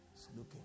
Looking